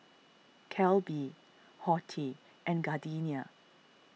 Calbee Horti and Gardenia